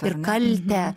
ir kaltę